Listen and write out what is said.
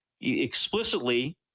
explicitly